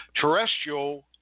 terrestrial